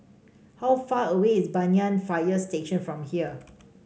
how far away is Banyan Fire Station from here